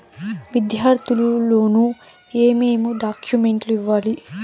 విద్యార్థులు లోను ఏమేమి డాక్యుమెంట్లు ఇవ్వాలి?